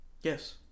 Yes